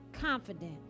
confident